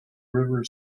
river